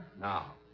Now